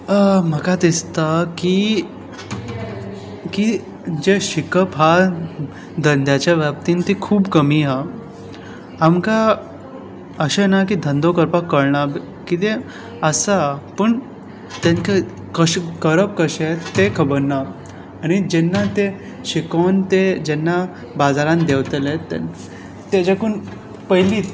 म्हाका दिसता की की जें शिकप हा धंद्याच्या बाबतीं ती खूब कमी आ आमकां अशें नाकी धंदो करपाक कळना किदें आसा पूण तांकां कशें करप कशें तें खबर ना आनी जेन्ना ते शिकोवन ते जेन्ना बाजारान देंवतले ते ताज्याकून पयलींत